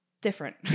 different